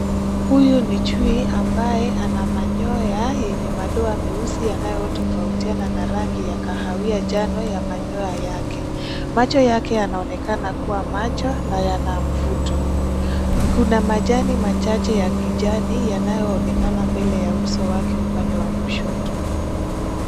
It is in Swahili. Huyu ni chui ambaye ana manyoya yenye madoa meusi yanayotofautiana na rangi ya kahawia njano ya manyoya yake. Macho yake yanaonekana kuwa macho, na yana mvuto. Kuna majani machache ya kijani yanayoonekana mbele ya uso wake upande wa kushoto.